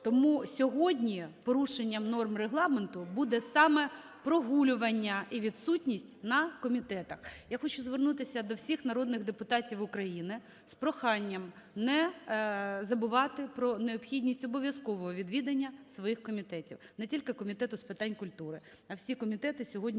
Тому сьогодні порушенням норм Регламенту буде саме прогулювання і відсутність на комітетах. Я хочу звернутися до всіх народних депутатів України з проханням не забувати про необхідність обов'язкового відвідування своїх комітетів, не тільки Комітету з питань культури. А всі комітети сьогодні